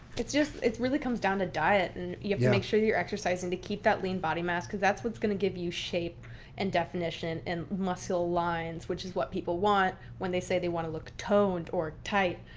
it's just, it really comes down to diet and you have to make sure that you're exercising to keep that lean body mass. because that's what's going to give you shape and definition and muscle aligns. which is what people want when they say they want to look toned or tight.